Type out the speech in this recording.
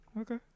Okay